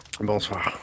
Bonsoir